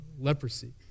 leprosy